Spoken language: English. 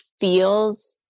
feels